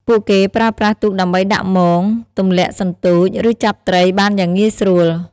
ពួកគេប្រើប្រាស់ទូកដើម្បីដាក់មង ទម្លាក់សន្ទូច ឬចាប់ត្រីបានយ៉ាងងាយស្រួល។